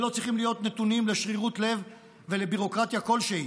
ולא צריכים להיות נתונים לשרירות לב ולביורוקרטיה כלשהי.